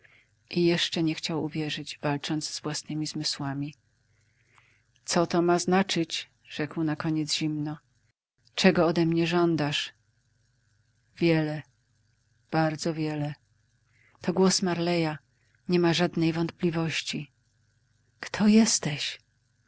chustek jeszcze nie chciał uwierzyć walcząc z własnymi zmysłami co to ma znaczyć rzekł nakoniec zimno czego ode mnie żądasz wiele bardzo wiele to głos marleya niema żadnej wątpliwości kto jesteś